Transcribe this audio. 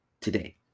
today